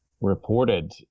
reported